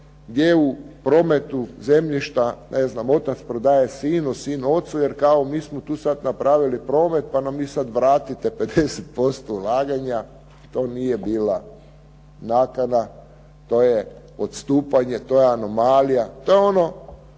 gdje u prometu zemljišta, otac prodaje sinu, sin ocu, kao mi smo tu sada napravili promet pa nam vi sada vratite 50% ulaganja. To nije bila nakana, tu je odstupanje, to je anomalija, to je ono